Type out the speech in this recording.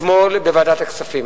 אתמול בוועדת הכספים.